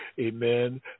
Amen